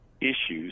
issues